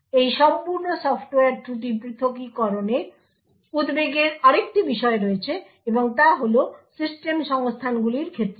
এই সম্পূর্ণ সফ্টওয়্যার ত্রুটি প্রথকীকরণে উদ্বেগের আরেকটি বিষয় রয়েছে এবং তা হল সিস্টেম সংস্থানগুলির ক্ষেত্রে